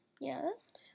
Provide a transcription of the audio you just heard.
Yes